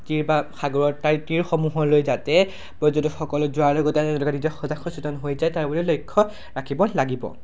তীৰ বা সাগৰৰ তাৰ তীৰসমূহলৈ যাতে পৰ্যটকসকলে যোৱাৰ লগতে নিজকে নিজে সজাগ সচেতন হৈ যায় তাৰ প্ৰতি লক্ষ্য ৰাখিব লাগিব